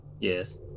Yes